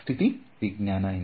ಸ್ಥಿತಿ ವಿಜ್ಞಾನ ಎಂದು